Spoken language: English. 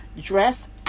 dress